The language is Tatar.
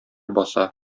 баса